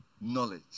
knowledge